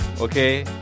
Okay